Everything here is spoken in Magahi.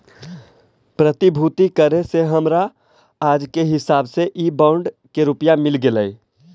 प्रतिभूति करे से हमरा आज के हिसाब से इ बॉन्ड के रुपया मिल गेलइ